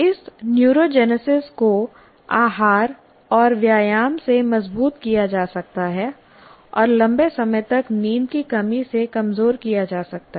इस न्यूरोजेनेसिस को आहार और व्यायाम से मजबूत किया जा सकता है और लंबे समय तक नींद की कमी से कमजोर किया जा सकता है